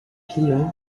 pilon